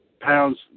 pounds